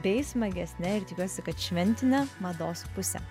bei smagesne ir tikiuosi kad šventine mados puse